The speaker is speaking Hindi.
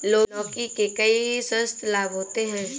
लौकी के कई स्वास्थ्य लाभ होते हैं